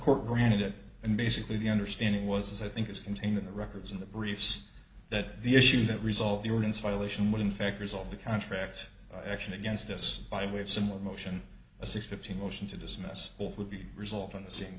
court granted it and basically the understanding was i think it's contained in the records in the briefs that the issue that result the organs violation would in fact resolve the contract action against us by way of similar motion as a fifty motion to dismiss all would be resolved on the s